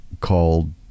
called